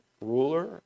ruler